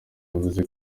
yavuze